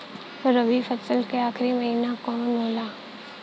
रवि फसल क आखरी महीना कवन होला?